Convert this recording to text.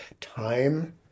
time